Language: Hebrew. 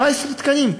17 תקנים,